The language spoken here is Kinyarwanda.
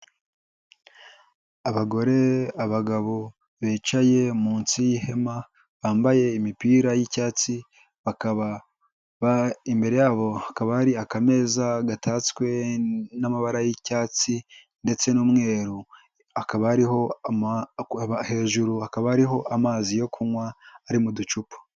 Abagore abagabo bicaye munsi y'ihema bambaye imipira y'icyatsi, bakaba imbere yabo hakaba hari akameza gatatswe n'amabara y'icyatsi ndetse n'umweru, akaba ari hejuru akaba hariho amazi yo kunywa ari mu ducupa.